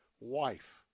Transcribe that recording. wife